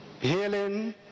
healing